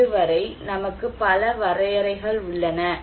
இதுவரை நமக்கு பல வரையறைகள் உள்ளன